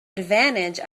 advantage